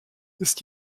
ist